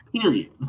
period